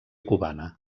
cubana